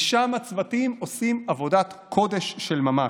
ושם הצוותים עושים עבודת קודש של ממש.